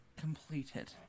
completed